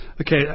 Okay